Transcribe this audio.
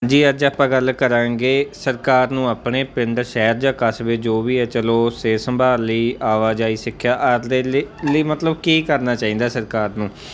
ਜੀ ਅੱਜ ਆਪਾਂ ਗੱਲ ਕਰਾਂਗੇ ਸਰਕਾਰ ਨੂੰ ਆਪਣੇ ਪਿੰਡ ਸ਼ਹਿਰ ਜਾਂ ਕਸਬੇ ਜੋ ਵੀ ਹੈ ਚਲੋ ਸਿਹਤ ਸੰਭਾਲ ਲਈ ਆਵਾਜਾਈ ਸਿੱਖਿਆ ਆਦਿ ਦੇ ਲਈ ਲਈ ਮਤਲਬ ਕੀ ਕਰਨਾ ਚਾਹੀਦਾ ਸਰਕਾਰ ਨੂੰ